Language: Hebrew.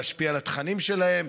להשפיע על התכנים שלהם,